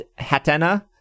hatena